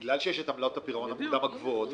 בגלל שיש את עמלות הפירעון המוקדם הגבוהות,